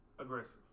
aggressive